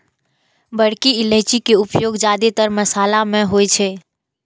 बड़की इलायची के उपयोग जादेतर मशाला मे होइ छै